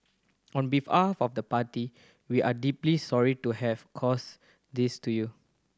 on behalf of the party we are deeply sorry to have caused this to you